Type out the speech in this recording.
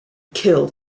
killed